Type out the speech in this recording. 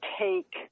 take